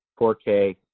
4K